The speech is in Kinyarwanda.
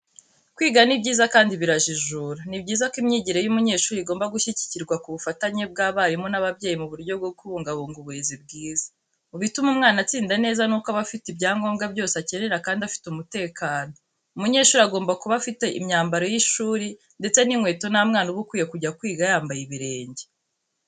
Kwiga ni byiza kandi birajijura, ni byiza ko imyigire y'umunyeshuri igomba gushyigikirwa ku bufatanye bw'abarimu n'ababyeyi mu buryo bwo kubungabunga uburezi bwiza. Mu bituma umwana atsinda neza nuko aba afite ibyangombwa byose akenera kandi afite umutekano, umunyeshuri agomba kuba afite imyambaro y'ishuri ndetse n'inkweto nta mwana uba ukwiye kujya kwiga yambaye ibirenge.